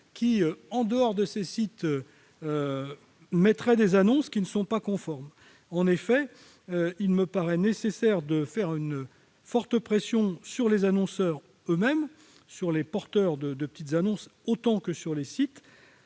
qui, en dehors de ces sites, publieraient des annonces non conformes. En effet, il me paraît nécessaire d'exercer une forte pression sur les annonceurs eux-mêmes, sur les porteurs de petites annonces autant que sur les sites,